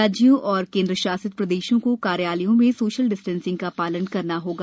राज्यों और केन्द्रशासित प्रदेशों को कार्यालयों में सोशल डिसटेंसिंग का पालन करना होगा